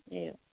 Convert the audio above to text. एवम्